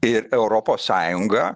ir europos sąjungą